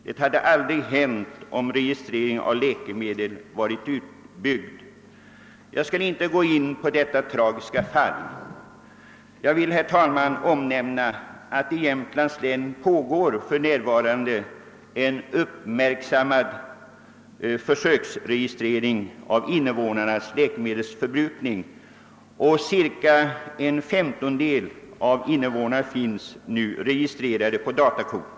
Det hade aldrig hänt, om registreringen av läkemedel varit utbyggd.» Jag skall inte gå in på detta tragiska fall. Jag vill, herr talman, omnämna att i Jämtlands län för närvarande pågår en uppmärksammad försöksregistrering av invånarnas läkemedelsförbrukning, och cirka en femtondel av invånarna finns nu registrerade på datakort.